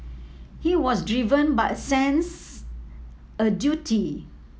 he was driven by a sense a duty